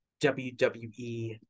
wwe